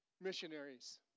missionaries